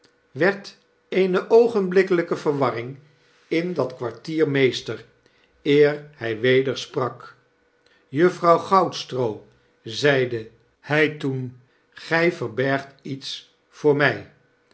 en werdeene oogenblikkelpe verwarring in dat kwartier meester eer hy weder sprak juffrouw goudstroo zeide hij toen gij verbergt iets voor my